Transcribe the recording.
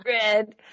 red